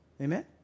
Amen